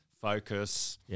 focus